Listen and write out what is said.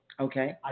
Okay